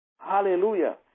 Hallelujah